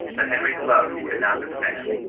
but henry's love he could not withstand.